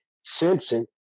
Simpson